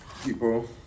People